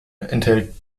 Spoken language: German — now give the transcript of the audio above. enthält